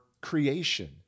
creation